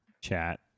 chat